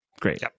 great